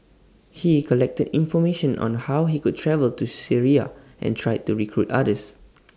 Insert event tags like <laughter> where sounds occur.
he collected information on how he could travel to Syria and tried to recruit others <noise>